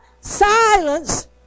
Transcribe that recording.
Silence